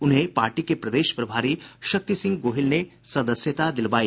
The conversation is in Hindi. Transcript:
उन्हें पार्टी के प्रदेश प्रभारी शक्ति सिंह गोहिल ने पार्टी की सदस्यता दिलाई